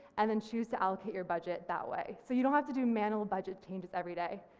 and then choose to allocate your budget that way, so you don't have to do manual budget changes every day.